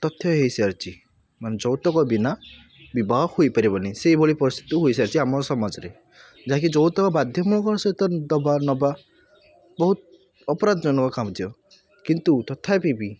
ତଥ୍ୟ ହୋଇସାରିଛି ମାନେ ଯୌତୁକ ବିନା ବିବାହ ହୋଇପାରିବନି ସେହିଭଳି ପରିସ୍ଥିତି ହୋଇସାରିଛି ଆମର ସମାଜରେ ଯାହାକି ଯୌତୁକ ବାଧ୍ୟମୂଳକ ସହିତ ଦେବା ନେବା ବହୁତ ଅପରାଧଜନକ କାର୍ଯ୍ୟ କିନ୍ତୁ ତଥାପି ବି